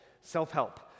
Self-Help